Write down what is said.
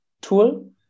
tool